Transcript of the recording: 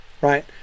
right